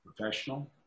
professional